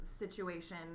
situation